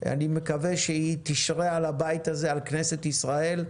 אני מקווה שהיא תשרה על הבית הזה, על כנסת ישראל.